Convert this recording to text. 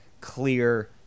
clear